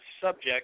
subject